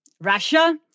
Russia